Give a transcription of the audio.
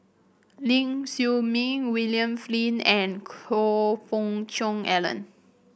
Ling Siew May William Flint and Choe Fook Cheong Alan